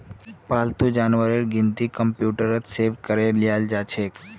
पालतू जानवरेर गिनती कंप्यूटरत सेभ करे लियाल जाछेक